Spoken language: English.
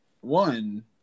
one